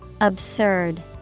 Absurd